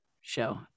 show